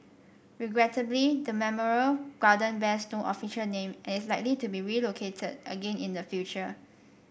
regrettably the memorial garden bears no official name and is likely to be relocated again in the future